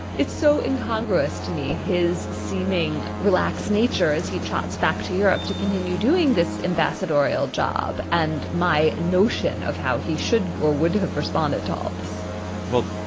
it's so incongruous to me, his seeming relaxed nature as he trots back to europe to continue doing this ambassadorial job. and my notion of how he should or would have responded dobbs well,